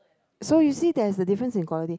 so you see there's a difference in quality